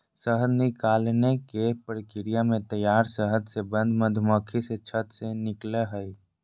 शहद निकालने के प्रक्रिया में तैयार शहद से बंद मधुमक्खी से छत्त से निकलैय हइ